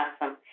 Awesome